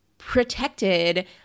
Protected